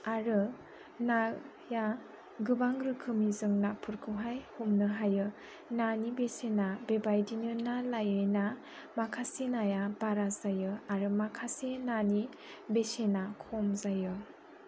आरो नाया गोबां रोखोमनि जों नाफोरखौहाय हमनो हायो नानि बेसेना बेबायदिनो ना लायै ना माखासे नाया बारा जायो आरो माखासे नानि बेसेना खम जायो